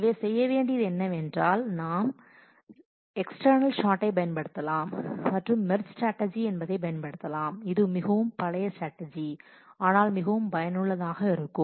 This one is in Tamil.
எனவே செய்ய வேண்டியது என்னவென்றால் நாம் எக்ஸ்டனல் சாட்டை பயன்படுத்தலாம் மற்றும் மெர்ஜ் ஸ்ட்ராட்டஜி என்பதை பயன்படுத்தலாம் இது மிகவும் பழைய ஸ்ட்ராட்டஜி ஆனால் மிகவும் பயனுள்ளதாக இருக்கும்